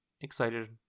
excited